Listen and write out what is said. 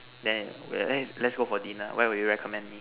then let's go for dinner where will you recommend me